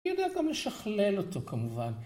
היא יודעה גם לשכלל אותו כמובן